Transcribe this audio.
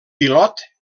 pilot